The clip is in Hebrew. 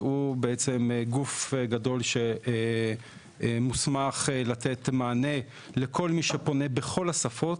שהוא גוף גדול שמוסמך לתת מענה לכל מי שפונה בכל השפות,